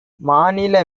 மாநில